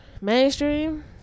mainstream